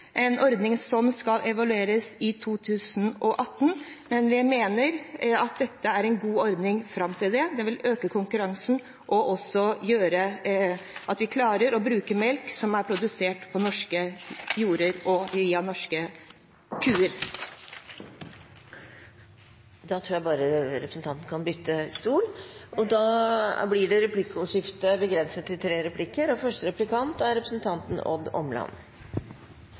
en ordning som skal evalueres i 2018. Men vi mener at dette er en god ordning fram til det. Det vil øke konkurransen og også gjøre at vi klarer å bruke melk som er produsert på norske jorder og av norske kuer. Det blir replikkordskifte. Å redusere inntektsgapet er viktig framover, fastslår en samlet komité. Nå ser vi både i media og